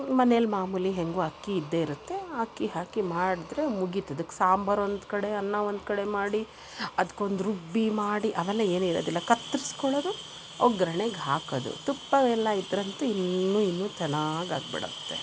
ಮನೆಲ್ಲಿ ಮಾಮೂಲಿ ಹೇಗೂ ಅಕ್ಕಿ ಇದ್ದೇ ಇರುತ್ತೆ ಆ ಅಕ್ಕಿ ಹಾಕಿ ಮಾಡಿದ್ರೆ ಮುಗೀತು ಅದು ಅದಕ್ಕೆ ಸಾಂಬಾರು ಒಂದು ಕಡೆ ಅನ್ನ ಒಂದು ಕಡೆ ಮಾಡಿ ಅದ್ಕೊಂದು ರುಬ್ಬಿ ಮಾಡಿ ಅವೆಲ್ಲ ಏನೂ ಇರೋದಿಲ್ಲ ಕತ್ತರಿಸ್ಕೊಳೋದು ಒಗ್ಗರ್ಣೆಗೆ ಹಾಕೋದು ತುಪ್ಪ ಅವೆಲ್ಲ ಇದ್ರಂತೂ ಇನ್ನೂ ಇನ್ನೂ ಚೆನ್ನಾಗಾಗ್ಬಿಡತ್ತೆ